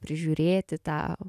prižiūrėti tą